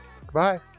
Goodbye